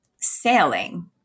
sailing